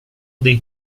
dei